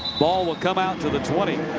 ball will come out to the twenty.